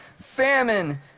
famine